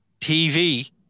TV